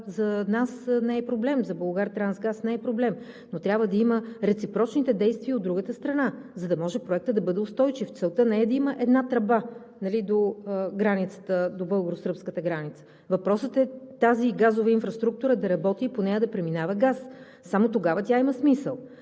за нас, за „Булгартрансгаз“ не е проблем, но трябва да има реципрочните действия от другата страна, за да може проектът да бъде устойчив. Целта не е да има една тръба до българо-сръбската граница, въпросът е тази газова инфраструктура да работи и по нея да преминава газ. Само тогава тя има смисъл.